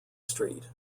street